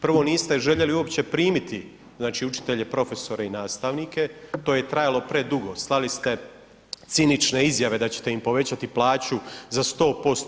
Prvo niste željeli uopće primiti znači učitelje, profesore i nastavnike, to je trajalo predugo, slali ste cinične izjave da ćete im povećati plaću za 100%